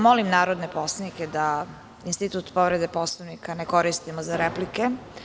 Molim narodne poslanike da institut povrede Poslovnika ne koristimo za replike.